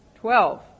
Twelve